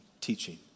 teaching